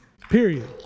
Period